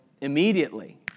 immediately